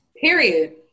Period